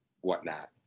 whatnot